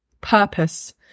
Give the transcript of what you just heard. Purpose